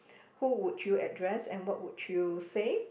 who would you address and what would you say